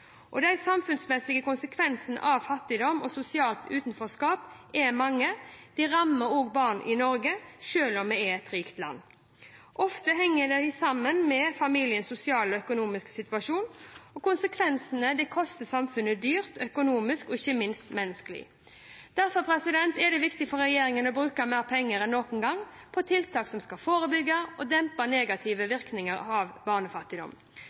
De samfunnsmessige konsekvensene av fattigdom og sosialt utenforskap er mange. De rammer også barn i Norge, selv om vi er et rikt land. Ofte henger dette sammen med familienes sosiale og økonomiske situasjon. Konsekvensene koster samfunnet dyrt, økonomisk og ikke minst menneskelig. Derfor er det viktig for regjeringen å bruke mer penger enn noen gang på tiltak som skal forebygge og dempe negative virkninger av barnefattigdom.